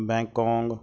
Bangkok